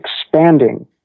expanding